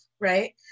right